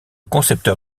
concepteur